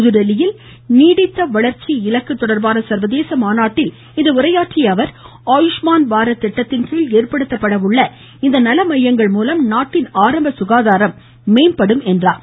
புதுதில்லியில் நீடித்த வளர்ச்சி இலக்கு தொடர்பான சர்வதேச மாநாட்டில் இன்று உரையாற்றிய அவா் ஆயுஷ்மான் பாரத் திட்டத்தின்கீழ் ஏற்படுத்தப்பட உள்ள இந்த மையங்கள் மூலம் நாட்டின் ஆரம்ப சுகாதாரம் மேம்படும் என்றார்